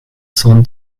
cent